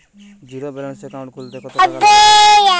Zero balance account খুলতে কত টাকা লাগে?